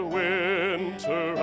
winter